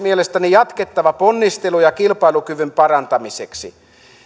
mielestäni jatkettava ponnisteluja kilpailukyvyn parantamiseksi